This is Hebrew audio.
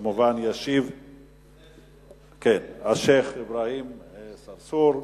כמובן ישיב, כן, השיח' אברהים צרצור.